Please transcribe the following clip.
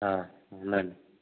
ఉందండి